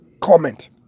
comment